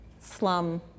slum